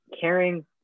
caring